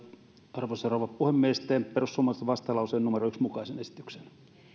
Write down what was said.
arvoisa rouva puhemies teen perussuomalaisten vastalauseen numero yhden mukaisen esityksen